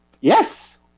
Yes